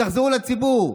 תחזרו לציבור.